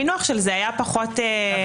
המינוח של זה היה פחות -- באמת?